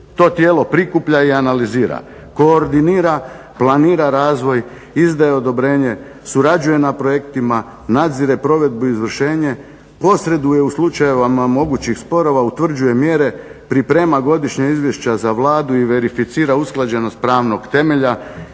To tijelo prikuplja i analizira, koordinira, planira razvoj, izdaje odobrenje, surađuje na projektima, nadzire provedbu, izvršenje, posreduje u slučajevima mogućih sporova, utvrđuje mjere, priprema godišnja izvješća za Vladu i verificira usklađenost pravnog temelja